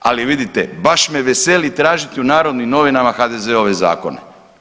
ali vidite, baš me veseli tražiti u Narodnim novinama HDZ-ove zakone.